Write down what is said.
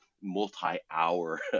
multi-hour